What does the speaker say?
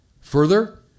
Further